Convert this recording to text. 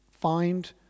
find